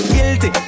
Guilty